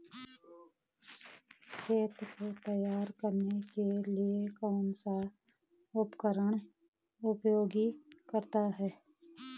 खेत को तैयार करने के लिए कौन सा उपकरण उपयोगी रहता है?